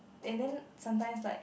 and then sometimes like